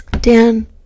Dan